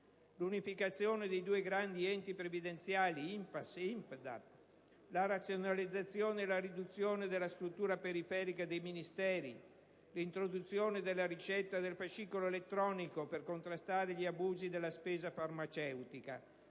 l'unificazione dei due grandi enti previdenziali INPS e INPDAP; la razionalizzazione e la riduzione della struttura periferica dei Ministeri; l'introduzione della ricetta e del fascicolo elettronico per contrastare gli abusi della spesa farmaceutica;